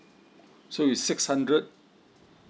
so its six hundred